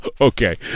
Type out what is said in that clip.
Okay